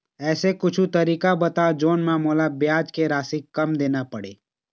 ऐसे कुछू तरीका बताव जोन म मोला ब्याज के राशि कम देना पड़े?